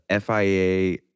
FIA